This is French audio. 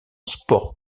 sport